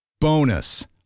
Bonus